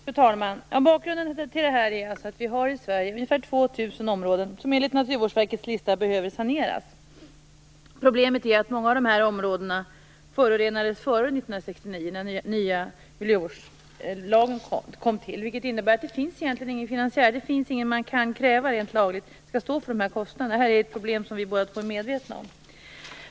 Fru talman! Bakgrunden till interpellationen är att det i Sverige finns ungefär 2 000 områden som enligt Naturvårdsverkets lista behöver saneras. Problemet är att många av områdena förorenades före 1969, då den nya miljövårdslagen kom. Det innebär att det egentligen inte finns någon finansiär. Det finns alltså inte någon som rent lagligt kan avkrävas att stå för kostnaderna. Det problemet är vi båda medvetna om.